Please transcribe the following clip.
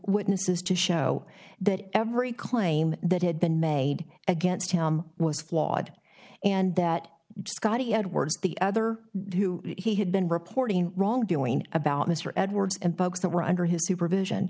witnesses to show that every claim that had been made against him was flawed and that scotty edwards the other he had been reporting wrongdoing about mr edwards and bugs that were under his supervision